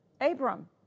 Abram